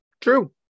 true